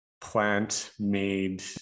plant-made